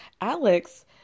Alex